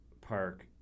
park